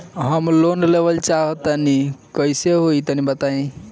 हम लोन लेवल चाह तनि कइसे होई तानि बताईं?